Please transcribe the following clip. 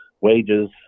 wages